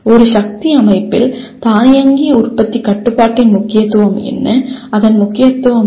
ஒரு சக்தி அமைப்பில் தானியங்கி உற்பத்தி கட்டுப்பாட்டின் முக்கியத்துவம் என்ன அதன் முக்கியத்துவம் என்ன